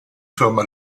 firma